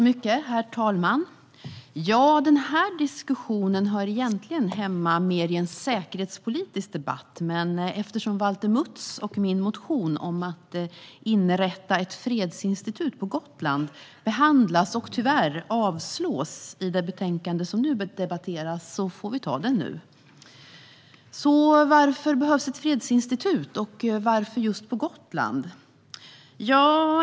Herr talman! Den här diskussionen hör mer hemma i en säkerhetspolitisk debatt, men eftersom Valter Mutts och min motion om att inrätta ett fredsinstitut på Gotland behandlas, och tyvärr avstyrks, i det betänkande som nu debatteras får vi ta den nu. Varför behövs ett fredsinstitut, och varför på just Gotland?